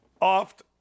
oft